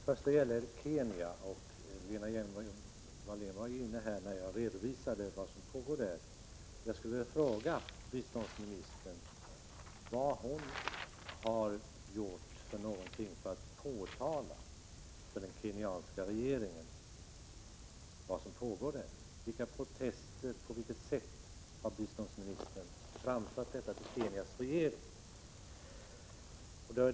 Herr talman! Några ord till Lena Hjelm-Wallén om Kenya. Lena Hjelm-Wallén var ju inne i kammaren när jag redovisade vad som pågår i Kenya. Jag skulle vilja fråga biståndsministern vad hon har gjort för att påtala saken för den kenyanska regeringen. Genom vilka protester, på vilket sätt har biståndsministern framfört synpunkterna till Kenyas regering?